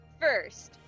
First